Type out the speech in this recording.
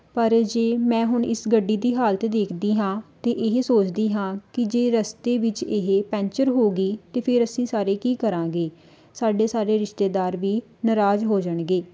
ਪਰ ਜੇ ਮੈਂ ਹੁਣ ਇਸ ਗੱਡੀ ਦੀ ਹਾਲਤ ਦੇਖਦੀ ਹਾਂ ਅਤੇ ਇਹ ਸੋਚਦੀ ਹਾਂ ਕਿ ਜੇ ਰਸਤੇ ਵਿੱਚ ਇਹ ਪੈਂਚਰ ਹੋ ਗਈ ਤਾਂ ਫੇਰ ਅਸੀਂ ਸਾਰੇ ਕੀ ਕਰਾਂਗੇ ਸਾਡੇ ਸਾਰੇ ਰਿਸ਼ਤੇਦਾਰ ਵੀ ਨਰਾਜ਼ ਹੋ ਜਾਣਗੇ